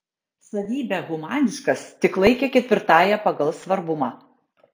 savybę humaniškas tik laikė ketvirtąja pagal svarbumą